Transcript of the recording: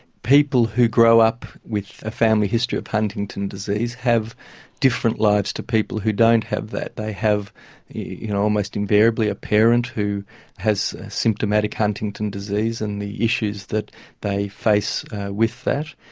people who grow up with a family history of huntington's disease have different lives to people who don't have that. they have you know almost invariably a parent who has symptomatic huntington's disease and the issues that they face with that,